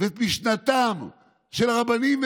וכשלא הייתי, אני צעיר קצת מצחי בהיכרות שלי עם